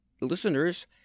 listeners